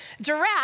Giraffe